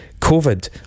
COVID